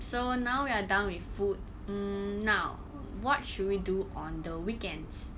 so now we are done with food mm now what should we do on the weekends